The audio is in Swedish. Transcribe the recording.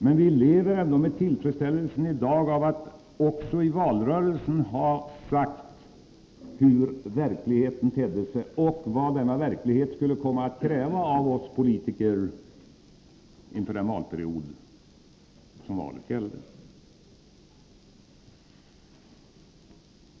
Men vi lever ändå i dag med tillfredsställelsen av att också i valrörelsen ha sagt hur verkligheten tedde sig och vad denna verklighet skulle komma att kräva av oss politiker inför den valperiod som valet gällde.